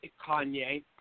Kanye